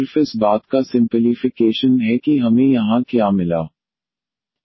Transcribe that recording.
तो यह सिर्फ इस बात का सिंपलीफ़िकेशन है कि हमें यहां क्या मिला 1a2ln